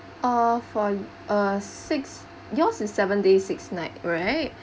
uh for uh six yours is seven days six nights